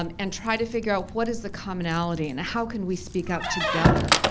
um and try to figure out what is the commonality and how can we speak out together.